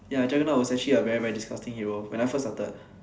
ya dragon lord was a very very disgusting hero when I first started